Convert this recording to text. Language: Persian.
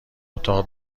اتاق